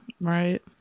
right